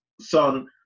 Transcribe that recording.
son